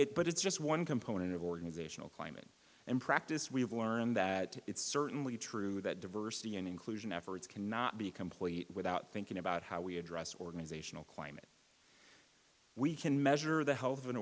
it but it's just one component of organizational climate and practice we have learned that it's certainly true that diversity and inclusion efforts cannot be complete without thinking about how we address organizational climate we can measure the health of an